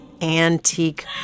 antique